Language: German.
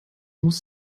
muss